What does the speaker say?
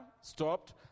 stopped